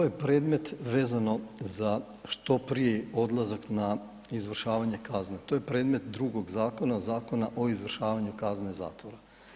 Ovo je predmet vezano za što prije odlazak na izvršavanje kazne, to je predmet drugog zakona, Zakona o izvršavanju kazne zatvora.